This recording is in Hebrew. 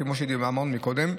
כמו שדיברנו קודם,